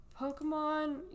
Pokemon